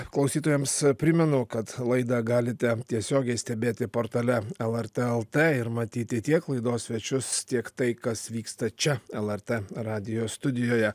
klausytojams primenu kad laidą galite tiesiogiai stebėti portale lrt lt ir matyti tiek laidos svečius tiek tai kas vyksta čia lrt radijo studijoje